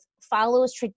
follows